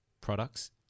products